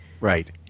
Right